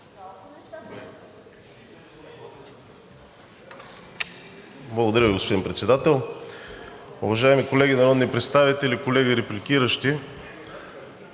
Благодаря, господин Председател. Уважаеми колеги народни представители, колеги репликиращи,